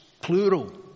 plural